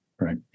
Right